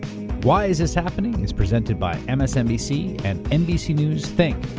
why is this happening? is presented by msnbc and nbc news think.